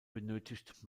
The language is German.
benötigt